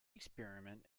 experiment